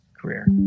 career